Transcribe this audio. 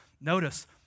notice